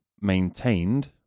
maintained